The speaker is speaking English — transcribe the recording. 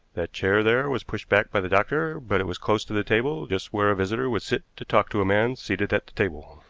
that chair there was pushed back by the doctor, but it was close to the table, just where a visitor would sit to talk to a man seated at the table.